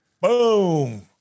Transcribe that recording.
Boom